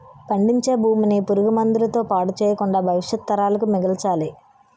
పండించే భూమిని పురుగు మందుల తో పాడు చెయ్యకుండా భవిష్యత్తు తరాలకు మిగల్చాలి